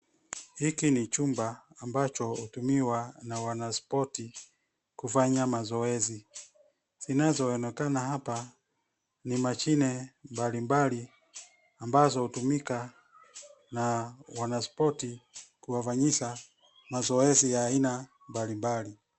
Hiki ni chumba ambacho hutumiwa na wanaspoti kufanya mazoezi. Zinazoonekana hapa ni mashine mbali mbali ambazo hutumika na wanaspoti kuwafanyisha mazoezi ya aina mbali mbali.